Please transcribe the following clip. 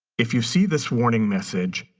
if you see this warning message,